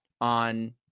on